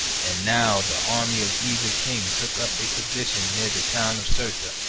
and now the army of either king took up a position near the town of cirta,